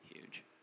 huge